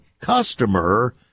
customer